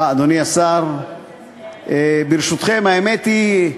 אה, אדוני השר, ברשותכם, האמת היא,